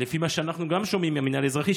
לפי מה שאנחנו גם שומעים מהמינהל האזרחי,